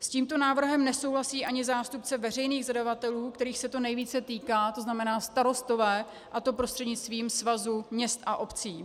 S tímto návrhem nesouhlasí ani zástupce veřejných zadavatelů, kterých se to nejvíce týká, to znamená starostové, a to prostřednictvím Svazu měst a obcí.